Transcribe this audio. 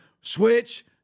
Switch